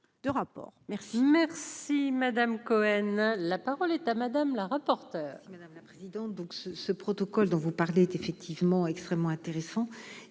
merci, Madame Cohen, la parole est à madame la rapporteure.